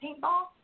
paintball